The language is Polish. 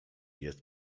jest